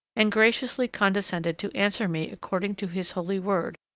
and graciously condescended to answer me according to his holy word,